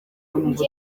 y’umuvuduko